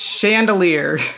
Chandelier